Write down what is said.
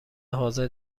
حاضر